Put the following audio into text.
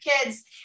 kids